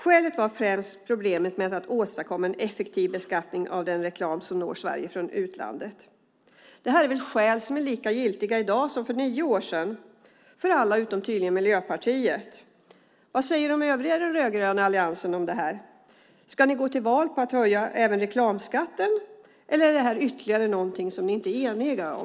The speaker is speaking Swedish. Skälet var främst problemet med att åstadkomma en effektiv beskattning av den reklam som når Sverige från utlandet." Dessa skäl är väl lika giltiga i dag som för nio år sedan - för alla utom Miljöpartiet, tydligen. Vad säger de övriga i den rödgröna alliansen om detta? Ska ni gå till val på att höja även reklamskatten, eller är detta ytterligare någonting ni inte är eniga om?